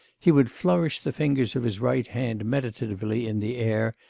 he would flourish the fingers of his right hand meditatively in the air,